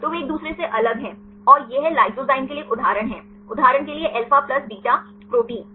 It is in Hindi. तो वे एक दूसरे से अलग हैं और यह लाइसोजाइम के लिए एक उदाहरण है उदाहरण के लिए अल्फा प्लस बीटा प्रोटीन